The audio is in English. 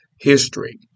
history